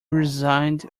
resigned